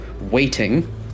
waiting